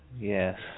yes